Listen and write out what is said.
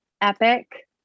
epic